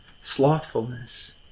Slothfulness